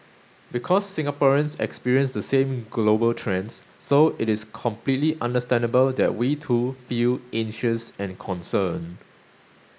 because Singaporeans experience the same global trends so it is completely understandable that we too feel anxious and concerned